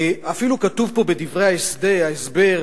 אפילו כתוב פה בדברי ההסבר,